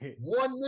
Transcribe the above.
One